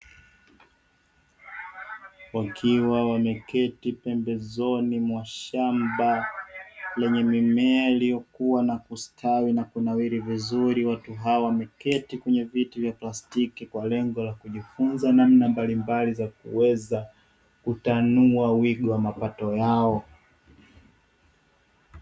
Wakiwa wameketi pembezoni mwa shamba, lenye mimea iliyo kua, na kustawi na kunawiri vizuri, watu hawa wameketi kwenye viti vya plastiki. Kwa lengo la kujifunza namna mbalimbali za kuweza kutanua wigo wa mapato yao.